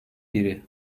biri